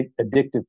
addictive